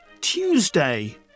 Tuesday